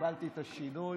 קיבלתי את השינוי.